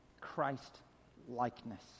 Christ-likeness